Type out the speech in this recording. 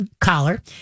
collar